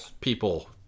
people